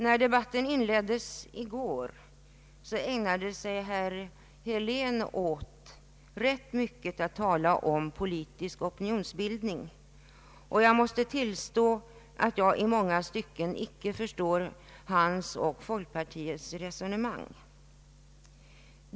När debatten inleddes i går ägnade sig herr Helén rätt mycket åt att tala om politisk opinionsbildning, och jag måste tillstå att jag i många stycken inte förstår hans och folkpartiets resonemang.